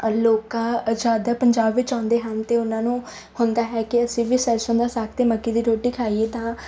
ਲੋਕਾਂ ਅ ਜ਼ਿਆਦਾ ਪੰਜਾਬ ਵਿੱਚ ਆਉਂਦੇ ਹਨ ਅਤੇ ਉਹਨਾਂ ਨੂੰ ਹੁੰਦਾ ਹੈ ਕਿ ਅਸੀਂ ਵੀ ਸਰਸੋਂ ਦਾ ਸਾਗ ਅਤੇ ਮੱਕੀ ਦੀ ਰੋਟੀ ਖਾਈਏ ਤਾਂ